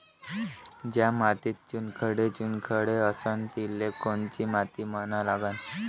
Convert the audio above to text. ज्या मातीत चुनखडे चुनखडे असन तिले कोनची माती म्हना लागन?